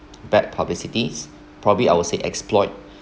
bad publicity probably I would say exploit